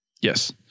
Yes